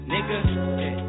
Nigga